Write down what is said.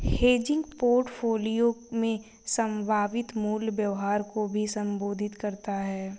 hedging portfolio में संभावित मूल्य व्यवहार को भी संबोधित करता हैं